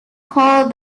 called